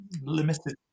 Limited